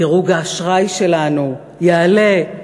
דירוג האשראי שלנו יעלה,